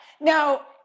Now